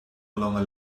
longer